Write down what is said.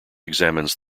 examines